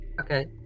Okay